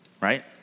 right